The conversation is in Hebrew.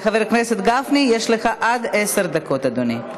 חבר הכנסת גפני, יש לך עד עשר דקות, אדוני.